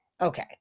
okay